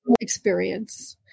experience